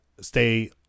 stay